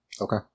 Okay